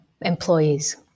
employees